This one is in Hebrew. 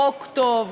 חוק טוב,